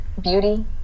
Beauty